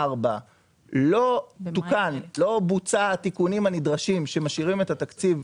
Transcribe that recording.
לא תוקנו או בוצעו התיקונים הנדרשים שמשאירים את התקציב כמו שהוא.